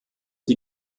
die